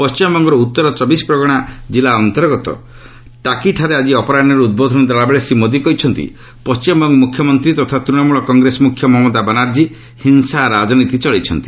ପଶ୍ଚିମବଙ୍ଗର ଉତ୍ତର ଚବିଶ୍ ପ୍ରଗଣ ଜିଲ୍ଲା ଅନ୍ତର୍ଗତ ଟାକିଠାରେ ଆଳି ଅପରାହୁରେ ଉଦ୍ବୋଧନ ଦେଲାବେଳେ ଶ୍ରୀ ମୋଦି କହିଛନ୍ତି ପଣ୍ଟିମବଙ୍ଗ ମୁଖ୍ୟମନ୍ତ୍ରୀ ତଥା ତୂଶମୂଳ କଂଗ୍ରେସ ମୁଖ୍ୟ ମମତା ବାନାର୍ଜୀ ହିଂସା ରାଜନୀତି ଚଳାଇଛନ୍ତି